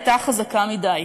הייתה חזקה מדי.